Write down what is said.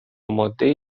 مادهای